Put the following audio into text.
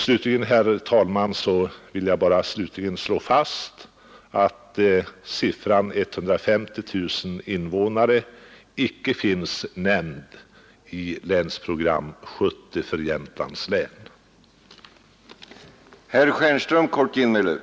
Slutligen, herr talman, vill jag än en gång slå fast att siffran 150 000 invånare icke finns nämnd i Länsprogram 1970 för Jämtlands län.